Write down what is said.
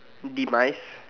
demise